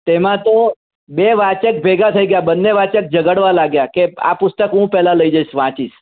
તેમાં તો બે વાચક ભેગા થઈ ગયા બંને વાચક ઝઘડવા લાગ્યા કે આ પુસ્તક હું પહેલાં લઈ જાઈશ વાંચીશ